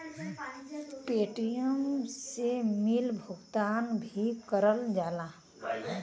Paytm से bill भुगतान भी करल जाला